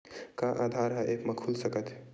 का आधार ह ऐप म खुल सकत हे?